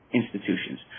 institutions